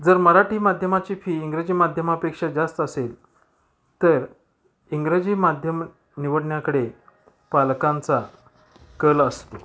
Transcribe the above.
जर मराठी माध्यमाची फी इंग्रजी माध्यमापेक्षा जास्त असेल तर इंग्रजी माध्यम निवडण्याकडे पालकांचा कल असतो